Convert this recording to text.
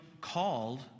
called